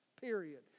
Period